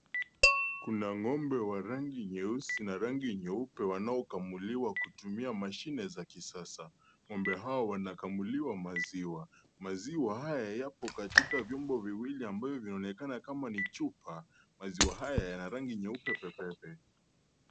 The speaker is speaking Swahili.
Kuna ngombe wa rangi nyeusi na rangi nyeupe wanaokamukiwa kutumia mashine za kisasa , ngombe hawa wanakamuliwa maziwa. Maziwa haya yapo katika vyombo viwili ambavyo vinaonekana kama NI chupa. Maziwa haya ya rangi nyeupe pepepe.